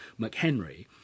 McHenry